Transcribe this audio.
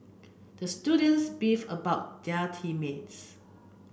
the students beefed about their team mates